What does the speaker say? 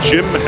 Jim